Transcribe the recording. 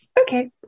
Okay